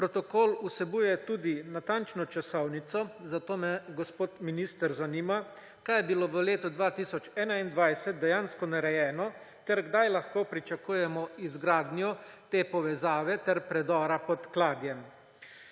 Protokol vsebuje tudi natančno časovnico. Zato me, gospod minister, zanima: Kaj je bilo v letu 2021 dejansko narejeno? Kdaj lahko pričakujemo izgradnjo te povezave ter predora pod Kladjem?